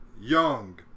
Young